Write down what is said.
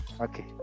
Okay